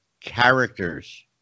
characters